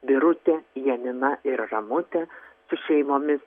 birutė janina ir ramutė su šeimomis